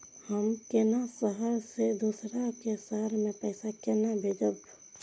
हम केना शहर से दोसर के शहर मैं पैसा केना भेजव?